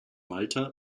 malta